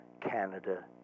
Canada